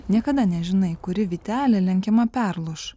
niekada nežinai kuri vytelė lenkima perluš